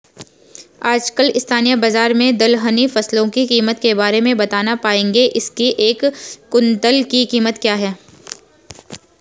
आजकल स्थानीय बाज़ार में दलहनी फसलों की कीमत के बारे में बताना पाएंगे इसकी एक कुन्तल की कीमत क्या है?